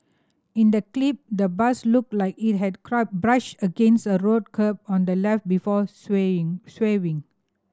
in the clip the bus looked like it had brushed against a road curb on the left before swerving